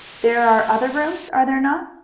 there are other rooms, are there not?